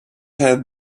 have